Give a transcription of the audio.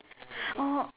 oh